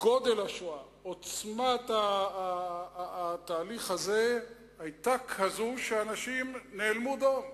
גודל השואה ועוצמת התהליך הזה היו כאלה שאנשים נאלמו דום.